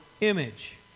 image